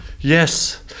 Yes